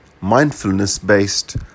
mindfulness-based